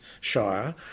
shire